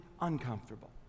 uncomfortable